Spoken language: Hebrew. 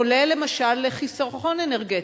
כולל למשל לחיסכון אנרגטי.